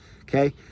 okay